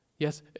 Yes